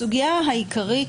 הסוגיה העיקרית,